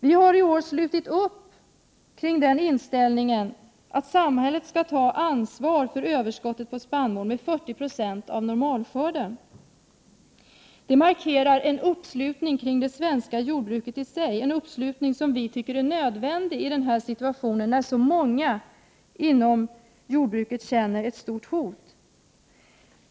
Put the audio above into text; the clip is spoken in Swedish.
Vi hari år slutit upp kring den inställningen att samhället skall ta ansvar för överskottet på spannmål med 40 96 av normalskörden. Det markerar en uppslutning kring det svenska jordbruket i sig, en uppslutning som vi tycker är nödvändig i den här situationen, när så många inom jordbruket känner ett stort hot.